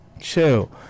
Chill